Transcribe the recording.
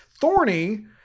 Thorny